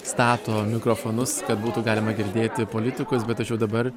stato mikrofonus kad būtų galima girdėti politikus bet aš jau dabar